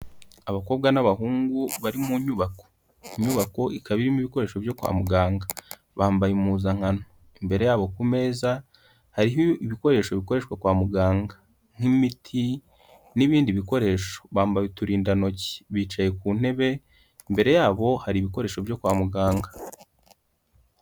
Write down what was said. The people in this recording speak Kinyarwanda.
Abakobwa n'abahungu bari mu nyubako, inyubako ikaba irimo ibikoresho byo kwa muganga, bambaye impuzankano, imbere yabo ku meza hariho ibikoresho bikoreshwa kwa muganga nk'imiti n'ibindi bikoresho, bambaye uturindantoki bicaye ku ntebe, imbere yabo hari ibikoresho byo kwa muganga.